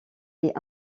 est